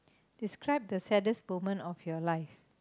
describe the saddest moment of your life